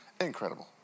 Incredible